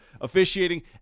officiating